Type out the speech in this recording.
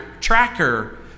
tracker